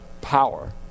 power